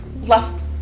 left